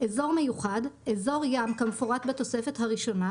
"אזור מיוחד" אזור ים כמפורט בתוספת הראשונה,